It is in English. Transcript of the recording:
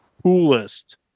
coolest